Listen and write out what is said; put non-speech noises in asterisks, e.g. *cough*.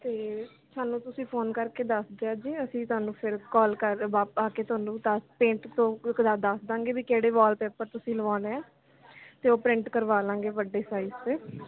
ਅਤੇ ਸਾਨੂੰ ਤੁਸੀਂ ਫੋਨ ਕਰਕੇ ਦੱਸ ਦਿਓ ਜੀ ਅਸੀਂ ਤੁਹਾਨੂੰ ਫਿਰ ਕੌਲ ਕਰ ਬਾਬ ਆ ਕੇ ਤੁਹਾਨੂੰ ਦੱਸ ਪੇਂਟ ਤੋਂ *unintelligible* ਦੱਸ ਦਵਾਂਗੇ ਵੀ ਕਿਹੜੇ ਵਾਲਪੇਪਰ ਤੁਸੀਂ ਲਗਵਾਉਣੇ ਹੈ ਅਤੇ ਉਹ ਪ੍ਰਿੰਟ ਕਰਵਾ ਲਵਾਂਗੇ ਵੱਡੇ ਸਾਈਜ 'ਚ